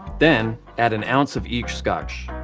then add an ounce of each scotch,